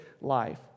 life